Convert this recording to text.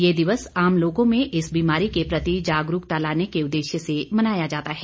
ये दिवस आम लोगों में इस बिमारी के प्रति जागरूकता लाने के उद्देश्य से मनाया जाता है